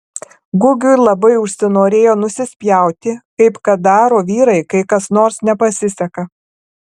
gugiui labai užsinorėjo nusispjauti kaip kad daro vyrai kai kas nors nepasiseka